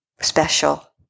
special